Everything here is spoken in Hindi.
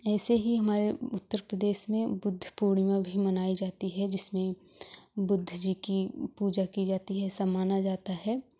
ऐसे ही हमारे उत्तर प्रदेश में बुद्ध पूर्णिमा भी मनाई जाती है जिसमें बुद्ध जी की पूजा की जाती है ऐसा माना जाता है